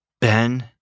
Ben